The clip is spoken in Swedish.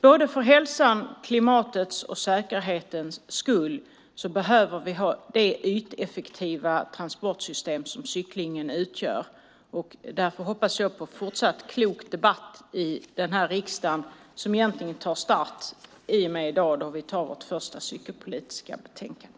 Både för hälsans, klimatets och säkerhetens skull behöver vi ha det yteffektiva transportsystem som cykling utgör. Därför hoppas jag på en fortsatt klok debatt i riksdagen. Den startar i dag då vi behandlar vårt första cykelpolitiska betänkande.